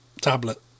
Tablet